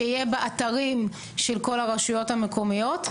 שיהיה באתרים של כל הרשויות המקומיות,